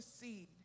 seed